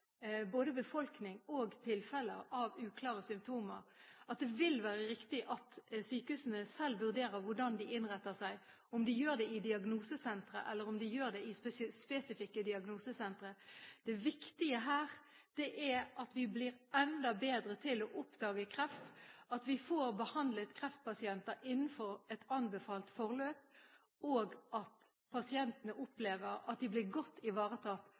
både befolkning og tilfeller av uklare symptomer, at det vil være riktig at sykehusene selv vurderer hvordan de innretter seg, om de gjør det i egne diagnosesentre eller det gjøres i spesifikke diagnosesentre. Det viktige her er at vi blir enda bedre til å oppdage kreft, at vi får behandlet kreftpasienter innenfor et anbefalt forløp, og at pasientene opplever at de blir godt ivaretatt